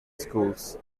schools